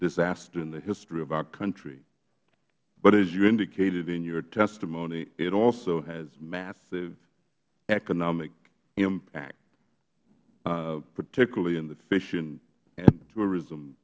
disaster in the history of our country but as you indicated in your testimony it also had a massive economic impact particularly the fishing and tourism